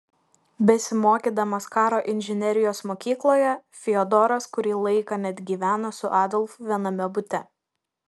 besimokydamas karo inžinerijos mokykloje fiodoras kurį laiką net gyveno su adolfu viename bute